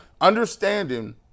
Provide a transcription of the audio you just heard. understanding